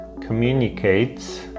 communicates